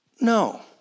no